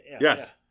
Yes